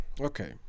Okay